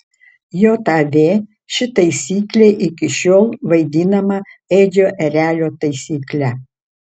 jav ši taisyklė iki šiol vaidinama edžio erelio taisykle